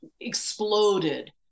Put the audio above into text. exploded